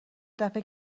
دفه